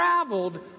traveled